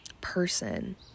person